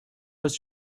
was